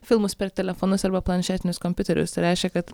filmus per telefonus arba planšetinius kompiuterius tai reiškia kad